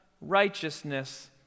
righteousness